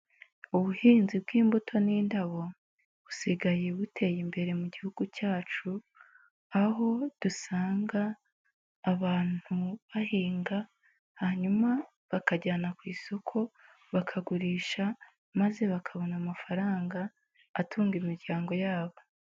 Ubuhinzi bw'imbuto n'indabo, busigaye buteye imbere mu gihugu cyacu, aho dusanga abantu bahinga hanyuma bakajyana ku isoko bakagurisha, maze bakabona amafaranga atunga imiryango yabo.